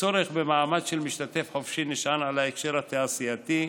הצורך במעמד של משתתף חופשי נשען על ההקשר התעשייתי.